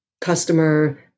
customer